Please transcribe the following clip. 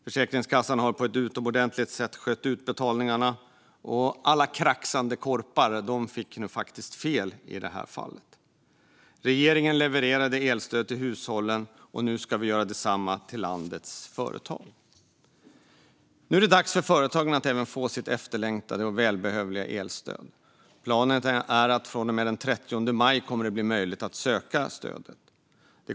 Försäkringskassan har på ett utomordentligt sätt skött utbetalningarna, och alla kraxande korpar fick fel. Regeringen levererade elstöd till hushållen och gör nu detsamma till landets företag. Det är dags för företagen att få sitt efterlängtade och välbehövliga elstöd. Planen är att det från och med den 30 maj kommer att bli möjligt att söka stödet.